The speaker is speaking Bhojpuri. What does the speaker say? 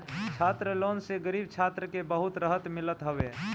छात्र लोन से गरीब छात्र के बहुते रहत मिलत हवे